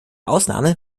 ausnahme